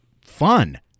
fun